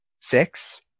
six